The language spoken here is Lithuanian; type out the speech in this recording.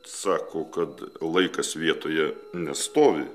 sako kad laikas vietoje nestovi